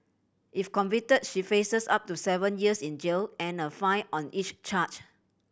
if convicted she faces up to seven years in jail and a fine on each charge